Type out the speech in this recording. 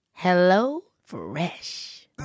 Hellofresh